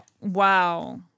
Wow